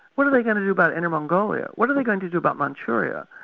what are they going to do about inner mongolia, what are they going to do about manchuria?